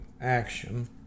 action